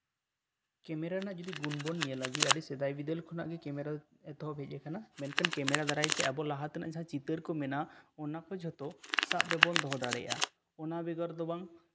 camera ᱨᱮᱱᱟᱜ ᱡᱩᱫᱤ ᱜᱩᱱ ᱵᱚᱱ ᱧᱮᱞᱟ ᱡᱮ ᱟᱹᱰᱤ ᱥᱮᱫᱟᱭ ᱠᱷᱚᱱᱟᱜ ᱜᱮ ᱠᱮᱢᱮᱨᱟ ᱮᱛᱚᱦᱚᱵ ᱦᱮᱡ ᱟᱠᱟᱱᱟ ᱢᱮᱱᱠᱷᱟᱱ ᱠᱮᱢᱮᱨᱟ ᱫᱟᱨᱟᱭ ᱛᱮ ᱟᱵᱚ ᱞᱟᱦᱟ ᱡᱟᱦᱟᱸ ᱪᱤᱛᱟᱹᱨ ᱠᱚ ᱢᱮᱱᱟᱜᱼᱟ ᱚᱱᱟ ᱠᱚ ᱡᱷᱚᱛᱚ ᱥᱟᱵ ᱨᱮᱵᱚᱱ ᱫᱚᱦᱚ ᱫᱟᱲᱮᱭᱟᱜᱼᱟ ᱚᱱ ᱵᱮᱜᱚᱨ ᱫᱚ ᱵᱟᱝ